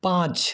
पाँच